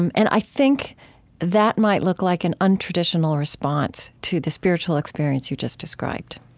and and i think that might look like an untraditional response to the spiritual experience you just described